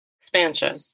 expansion